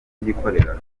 kubyikorera